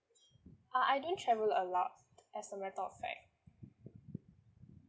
uh I don't travel a lot as a matter of fact